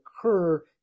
occur